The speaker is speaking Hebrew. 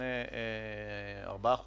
לפני ארבעה חודשים,